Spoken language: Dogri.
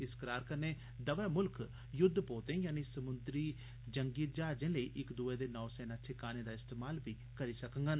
इस करार कन्नै दवै मुल्ख युद्ध पोतें यानि समुन्द्री जंगी जहाजें लेई इक दुए दे नौसेना ठकानें दा बी इस्तेमाल करी सकगंन